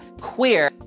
queer